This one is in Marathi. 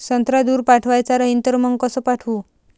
संत्रा दूर पाठवायचा राहिन तर मंग कस पाठवू?